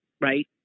right